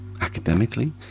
Academically